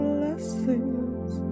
Blessings